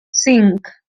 cinc